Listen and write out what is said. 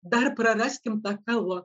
dar praraskim tą kalbą